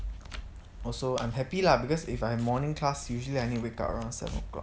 also I'm happy lah because if I in morning class usually I need wake up around seven o'clock